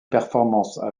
performances